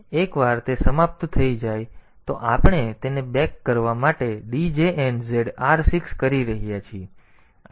એકવાર તે સમાપ્ત થઈ જાય તો આપણે તેને બેક કરવા માટે djnz r6 કરી રહ્યા છીએ